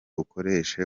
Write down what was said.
ukoreshe